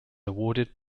awarded